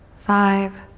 five,